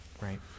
right